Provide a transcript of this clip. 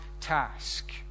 task